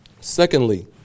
Secondly